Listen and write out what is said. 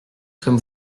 comme